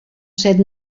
set